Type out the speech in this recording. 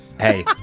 Hey